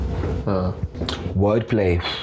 Wordplay